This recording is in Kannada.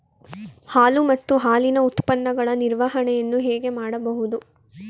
ಹಾಲು ಮತ್ತು ಹಾಲಿನ ಉತ್ಪನ್ನಗಳ ನಿರ್ವಹಣೆಯನ್ನು ಹೇಗೆ ಮಾಡಬಹುದು?